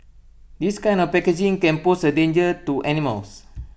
this kind of packaging can pose A danger to animals